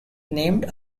named